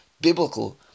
biblical